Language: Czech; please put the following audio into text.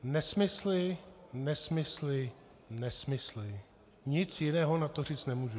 Nesmysly, nesmysly, nesmysly, nic jiného na to říct nemůžu.